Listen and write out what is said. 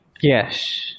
Yes